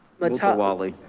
matawali.